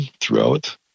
throughout